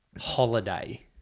holiday